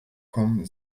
kommen